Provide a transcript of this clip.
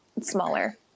smaller